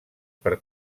per